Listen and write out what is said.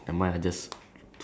no not not